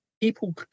People